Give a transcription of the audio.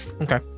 Okay